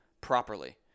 properly